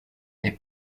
est